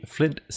Flint